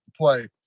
play